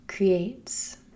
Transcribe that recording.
creates